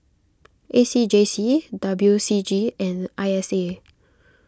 A C J C W C G and I S A